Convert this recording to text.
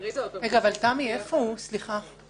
הסעיף מתמקד בשלושה עניינים שאליהם התייחסנו בדיווח.